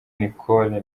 nicole